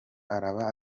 araba